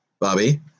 Bobby